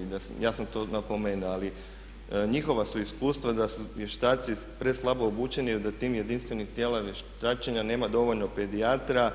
I ja sam to napomenuo, ali njihova su iskustva da su vještaci preslabo obučeni, da u tih jedinstvenim tijelima vještačenja nema dovoljno pedijatara